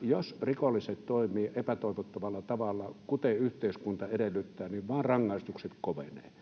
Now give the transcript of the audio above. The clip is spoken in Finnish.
jos rikolliset toimivat epätoivottavalla tavalla, eri tavalla kuten yhteiskunta edellyttää, niin rangaistukset vaan kovenevat.